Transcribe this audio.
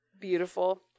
beautiful